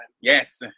Yes